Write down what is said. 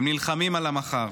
הם נלחמים על המחר.